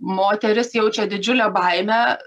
moteris jaučia didžiulę baimę